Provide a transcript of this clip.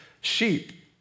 sheep